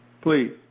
Please